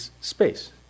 space